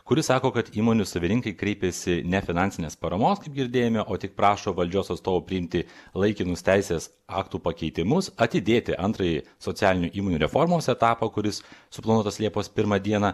kuris sako kad įmonių savininkai kreipėsi ne finansinės paramos kaip girdėjome o tik prašo valdžios atstovų priimti laikinus teisės aktų pakeitimus atidėti antrąjį socialinių įmonių reformos etapą kuris suplanuotas liepos pirmą dieną